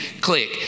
Click